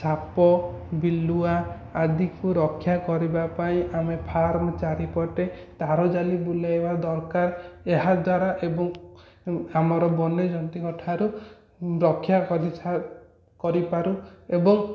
ସାପ ବିଲୁଆ ଆଦିକୁ ରକ୍ଷା କରିବାପାଇଁ ଆମେ ଫାର୍ମ ଚାରିପଟେ ତାରଜାଲି ବୁଲେଇବା ଦରକାର ଏହାଦ୍ଵାରା ଏବଂ ଆମର ବନ୍ୟଜନ୍ତୁଙ୍କଠାରୁ ରକ୍ଷା କରିଥାଉ କରିପାରୁ ଏବଂ